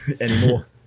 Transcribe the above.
anymore